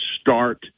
start